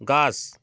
গাছ